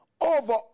Over